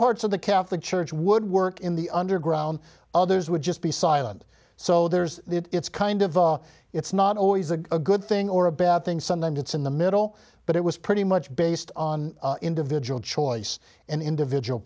parts of the catholic church would work in the underground others would just be silent so there's it's kind of it's not always a good thing or a bad thing sometimes it's in the middle but it was pretty much based on individual choice and individual